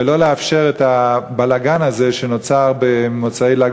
ולא לאפשר את הבלגן הזה שנוצר במוצאי ל"ג